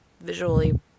visually